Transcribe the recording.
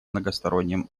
многосторонним